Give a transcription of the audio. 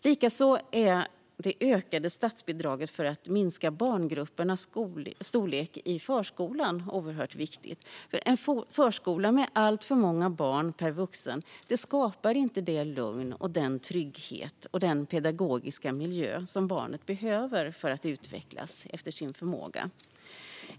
Likaså är det ökade statsbidraget för att minska barngruppernas storlek i förskolan oerhört viktigt. En förskola med alltför många barn per vuxen skapar inte det lugn, den trygghet och den pedagogiska miljö som barnet behöver för att utvecklas efter sin förmåga.